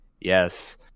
Yes